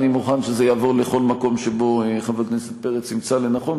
אני מוכן שזה יעבור לכל מקום שחבר הכנסת פרץ ימצא לנכון,